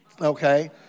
Okay